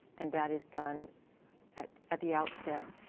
and that is done at at the outset.